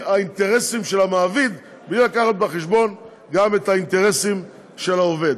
האינטרסים של המעביד בלי להביא בחשבון גם את האינטרסים של העובד.